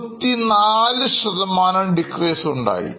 ഇതിനാൽ 64 decrease ഉണ്ടായി